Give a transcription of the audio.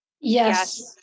Yes